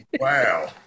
Wow